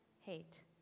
hate